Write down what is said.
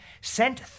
sent